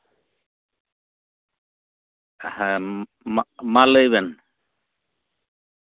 ᱦᱮᱸ ᱢᱟ ᱞᱟᱹᱭ ᱵᱮᱱ